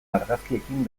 argazkiekin